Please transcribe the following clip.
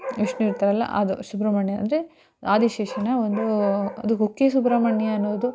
ವಿಷ್ಣು ಇರ್ತಾರಲ್ಲ ಅದು ಸುಬ್ರಹ್ಮಣ್ಯ ಅಂದರೆ ಆದಿಶೇಷನ ಒಂದು ಅದು ಕುಕ್ಕೆ ಸುಬ್ರಹ್ಮಣ್ಯ ಅನ್ನೋದು